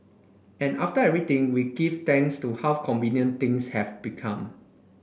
and after everything we give thanks to how convenient things have become